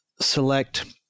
select